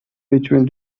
between